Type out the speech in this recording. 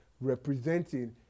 representing